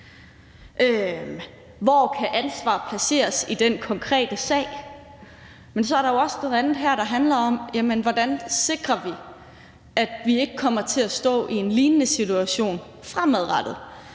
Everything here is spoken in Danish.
hvor kan ansvaret placeres i den konkrete sag? Men så er der jo også noget andet her, der handler om, hvordan vi sikrer, at vi ikke kommer til at stå i en lignende situation fremadrettet,